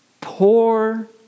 poor